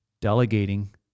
delegating